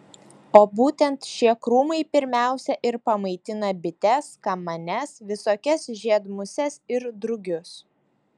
o būtent šie krūmai pirmiausia ir pamaitina bites kamanes visokias žiedmuses ir drugius